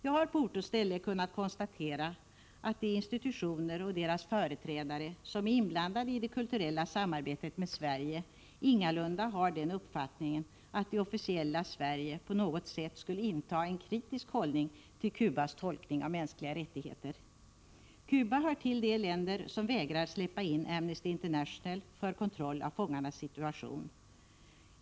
Jag har på ort och ställe kunnat konstatera att de institutioner och deras företrädare som är inblandade i det kulturella samarbetet med Sverige ingalunda har den uppfattningen att det officiella Sverige på något sätt skulle inta en kritisk hållning till Cubas tolkning av mänskliga rättigheter. Cuba hör till de länder som vägrar att släppa in Amnesty International för kontroll av fångarnas situation.